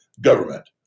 Government